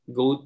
go